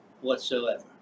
whatsoever